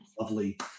Lovely